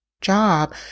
job